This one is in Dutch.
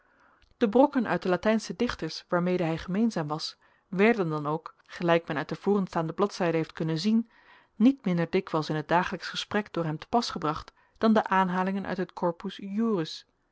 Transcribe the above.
de brokken uit de latijnsche dichters waarmede hij gemeenzaam was werden dan ook gelijk men uit de vorenstaande bladzijden heeft kunnen zien niet minder dikwijls in het dagelijksch gesprek door hem te pas gebracht dan de aanhalingen uit het corpus iuris